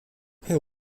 herr